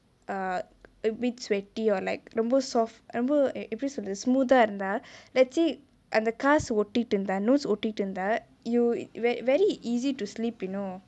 err a bit sweaty or like ரொம்ப:romba soft ரொம்ப எப்டி சொல்றது:romba epdi solrathu smooth தா இருந்தா:thaa irunthaa let's say அந்த காசு ஒட்டிட்டிருந்தா:antha kaasu ottitirunthaa notes ஒட்டிட்டிருந்தா:ottitirunthaa you very easy to slip you know